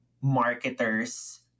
marketers